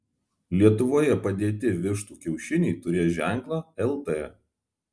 lietuvoje padėti vištų kiaušiniai turės ženklą lt